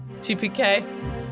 TPK